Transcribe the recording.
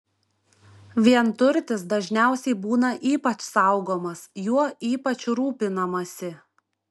vienturtis dažniausiai būna ypač saugomas juo ypač rūpinamasi